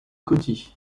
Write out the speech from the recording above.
coty